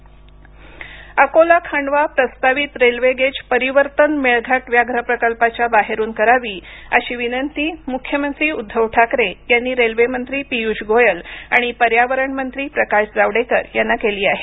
Melghat railway Akola Khandwa प्रस्तावित railway gauge परिवर्तन मेळघाट व्याघ्र प्रकल्पाच्या बाहेरुन करावी अशी विनंती मुख्यमंत्री उद्धव ठाकरे यांनी रेल्वे मंत्री पियूष गोयल आणि पर्यावरण मंत्री प्रकाश जावडेकर यांना केली आहे